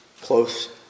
close